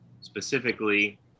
specifically